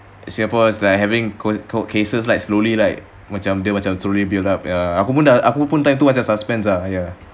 singapore is like having CO~ COVID cases like slowly like macam went on to rebuild up uh aku pun time tu macam suspense ah